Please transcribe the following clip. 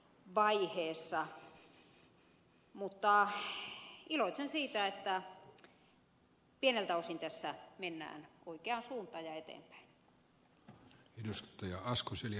mutta iloitsen siitä että pieneltä osin tässä mennään oikeaan suuntaan ja eteenpäin